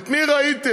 את מי ראיתם?